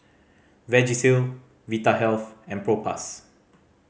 Vagisil Vitahealth and Propass